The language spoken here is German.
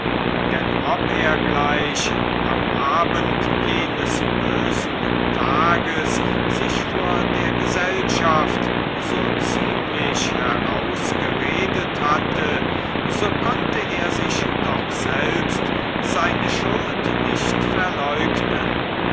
denn ob er gleich am abend jenes bösen tages sich vor der gesellschaft so ziemlich herausgeredet hatte so konnte er sich doch selbst seine schuld nicht verleugnen